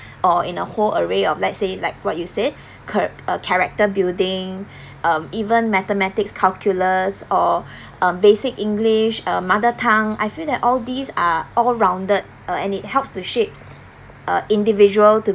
or in a whole array of let's say like what you said cha~ uh character building um even mathematics calculus or um basic english uh mother tongue I feel that all these are all rounded uh and it helps to shapes uh individual to